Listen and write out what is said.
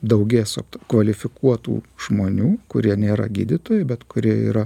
daugės kvalifikuotų žmonių kurie nėra gydytojai bet kurie yra